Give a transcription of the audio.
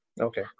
Okay